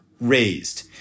raised